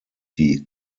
die